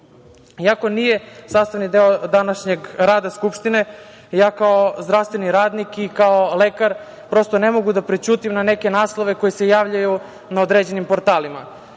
decu. Iako nije sastavni deo današnjeg rada Skupštine, ja kao zdravstveni radnik i kao lekar prosto ne mogu da prećutim na neke naslove koji se javljaju na određenim portalima. Nekoliko